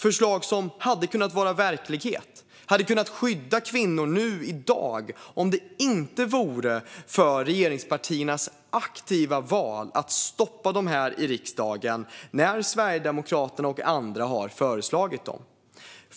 Dessa förslag hade kunnat vara verklighet och hade kunnat skydda kvinnor i dag om det inte vore för regeringspartiernas aktiva val att stoppa dem här i riksdagen när Sverigedemokraterna och andra föreslagit dem.